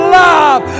love